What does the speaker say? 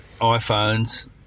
iPhones